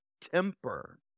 temper